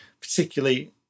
particularly